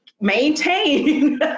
maintain